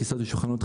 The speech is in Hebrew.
כיסאות ושולחנות,